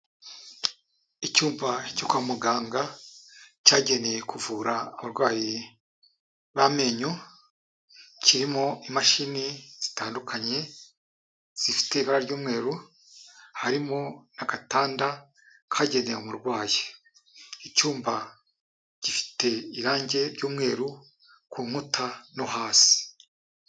Icyumba cyo kwa muganga cyagenewe kuvura abarwayi b'amenyo, kirimo imashini zitandukanye zifite ibara ry'umweru, harimo n'agatanda kagenewe umurwayi. Icyumba gifite irangi ry'umweru ku nkuta no hasi.